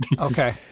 Okay